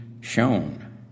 shown